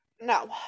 No